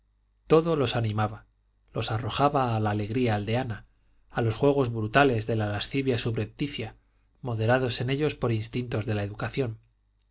todo los animaba los arrojaba a la alegría aldeana a los juegos brutales de la lascivia subrepticia moderados en ellos por instintos de la educación